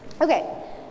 Okay